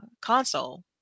console